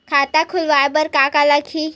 खाता खुलवाय बर का का लगही?